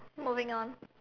moving on